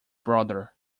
brother